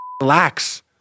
relax